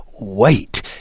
wait